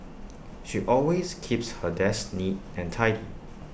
she always keeps her desk neat and tidy